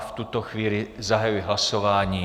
V tuto chvíli zahajuji hlasování.